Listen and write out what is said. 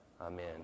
amen